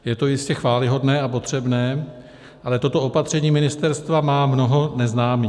Je to jistě chvályhodné a potřebné, ale toto opatření ministerstva má mnoho neznámých.